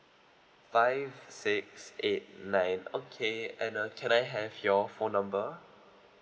five six eight nine okay and uh can I have your phone number